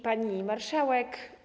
Pani Marszałek!